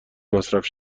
مصرف